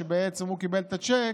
שבעצם הוא קיבל את הצ'ק,